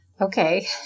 Okay